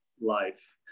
life